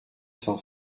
cent